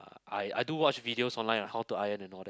ah I I do watch videos online like how to iron and all